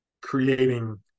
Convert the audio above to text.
creating